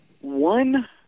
one